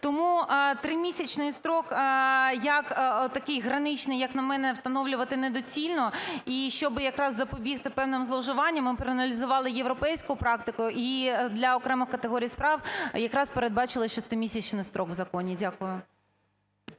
Тому 3-місячний строк як отакий граничний, як на мене, встановлювати недоцільно, і щоби якраз запобігти певним зловживанням, ми проаналізували європейську практику і для окремих категорій справ якраз передбачили 6-місячний строк в законі. Дякую.